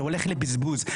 שהולך לבזבוז.